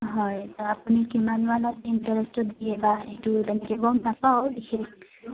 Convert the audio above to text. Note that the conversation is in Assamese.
হয় আপুনি কিমান মানত ইণ্টাৰেষ্টটো দিয়ে বা সেইটো তেনেকে গম নাপাও বিশেষ